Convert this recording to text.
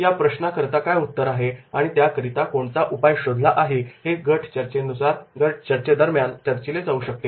या प्रश्न करता काय उत्तर आहे आणि त्याकरिता कोणता उपाय शोधला पाहिजे हे गट चर्चेदरम्यान चर्चिले जाऊ शकते